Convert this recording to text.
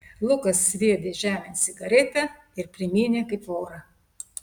lukas sviedė žemėn cigaretę ir primynė kaip vorą